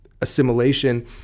assimilation